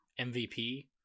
MVP